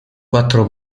quattro